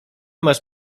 masz